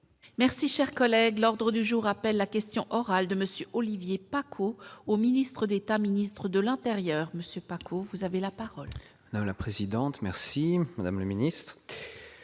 Merci, chers collègues, l'ordre du jour appelle la question orale de monsieur Olivier Paccaud au ministre d'État, ministre de l'Intérieur Monsieur parcours vous avez la parole. La présidente, merci Madame le Ministre,